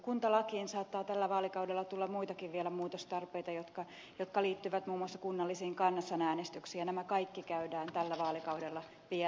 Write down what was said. kuntalakiin saattaa tällä vaalikaudella tulla vielä muitakin muutostarpeita jotka liittyvät muun muassa kunnallisiin kansanäänestyksiin ja nämä kaikki käydään tällä vaalikaudella vielä läpi